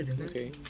Okay